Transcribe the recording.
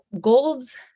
gold's